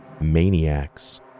maniacs